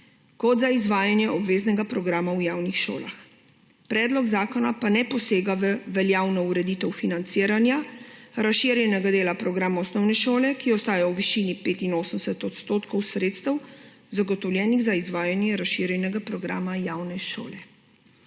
kot za izvajanje obveznega programa v javnih šolah. Predlog zakona pa ne posega v veljavno ureditev financiranja razširjenega dela programa osnovne šole, ki ostaja v višini 85 odstotkov sredstev, zagotovljenih za izvajanje razširjenega programa javne šole.